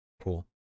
Cool